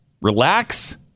relax